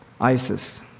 ISIS